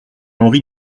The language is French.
henri